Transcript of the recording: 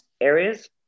areas